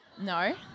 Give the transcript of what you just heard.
No